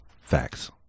Facts